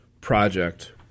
project